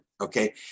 Okay